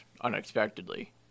unexpectedly